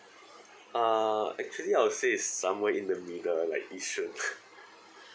uh actually I will say it's somewhere in the middle like yishun